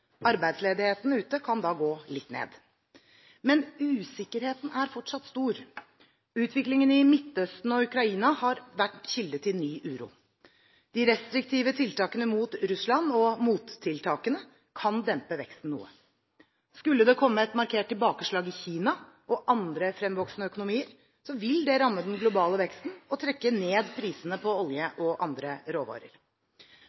Arbeidsledigheten ute kan da gå litt ned. Men usikkerheten er fortsatt stor. Utviklingen i Midtøsten og Ukraina har vært kilde til ny uro. De restriktive tiltakene mot Russland, og mottiltakene, kan dempe veksten noe. Skulle det komme et markert tilbakeslag i Kina og andre fremvoksende økonomier, vil det ramme den globale veksten og trekke ned prisene på